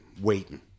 waiting